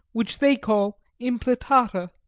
which they call impletata.